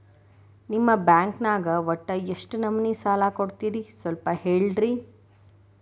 ನಿಮ್ಮ ಬ್ಯಾಂಕ್ ನ್ಯಾಗ ಒಟ್ಟ ಎಷ್ಟು ನಮೂನಿ ಸಾಲ ಕೊಡ್ತೇರಿ ಸ್ವಲ್ಪ ಹೇಳ್ರಿ